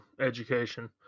education